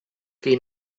qui